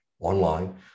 online